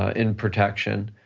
in protection.